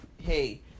Hey